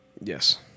Yes